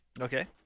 Okay